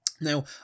Now